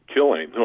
killing